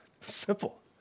simple